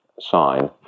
sign